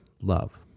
love